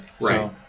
right